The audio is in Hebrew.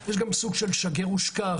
יש גם סוג של שגר ושכח,